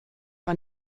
war